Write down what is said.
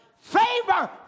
favor